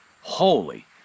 holy